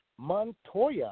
Montoya